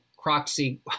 proxy